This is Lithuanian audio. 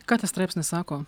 ką tas straipsnis sako